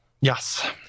Yes